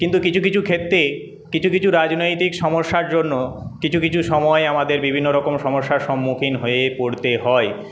কিন্তু কিছু কিছু ক্ষেত্রে কিছু কিছু রাজনৈতিক সমস্যার জন্য কিছু কিছু সময়ে আমাদের বিভিন্নরকম সমস্যার সম্মুখীন হয়ে পড়তে হয়